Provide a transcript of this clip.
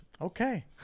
Okay